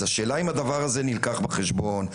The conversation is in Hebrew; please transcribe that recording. אז השאלה היא אם הדבר הזה נלקח בחשבון,